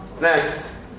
next